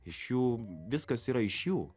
iš jų viskas yra iš jų